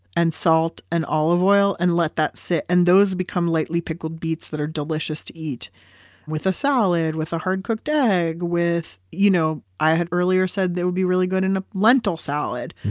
and salt and olive oil, and let that sit. and those become lightly pickled beets that are delicious to eat with a salad, with a hard-cooked egg. you know i had earlier said they would be really good in a lentil salad.